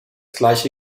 gleiche